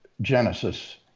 Genesis